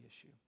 issue